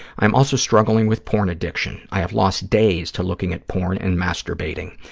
i'm also struggling with porn addiction. i have lost days to looking at porn and masturbating.